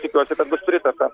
tikiuosi kad bus pritarta